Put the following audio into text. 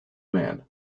men